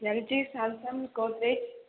LG Samsung Godrej